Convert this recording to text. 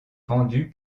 pendu